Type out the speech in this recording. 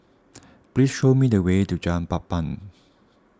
please show me the way to Jalan Papan